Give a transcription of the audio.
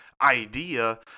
idea